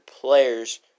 players